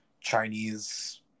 Chinese